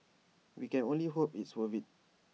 we can only hope it's worth IT